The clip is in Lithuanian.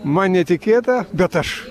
man netikėta bet aš